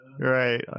Right